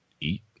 eat